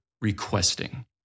requesting